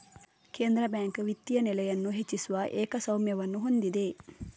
ಕೇಂದ್ರ ಬ್ಯಾಂಕ್ ವಿತ್ತೀಯ ನೆಲೆಯನ್ನು ಹೆಚ್ಚಿಸುವ ಏಕಸ್ವಾಮ್ಯವನ್ನು ಹೊಂದಿದೆ